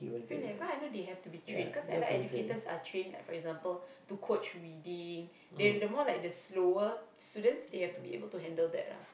really ah cause I know they have to be train cause Allied-Educators are trained like for example to coach reading they the more like the slower students they have to be able to handle that lah